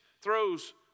throws